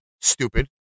stupid